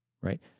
Right